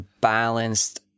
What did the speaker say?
balanced